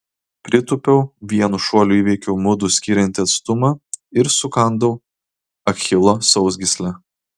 pritūpiau vienu šuoliu įveikiau mudu skiriantį atstumą ir sukandau achilo sausgyslę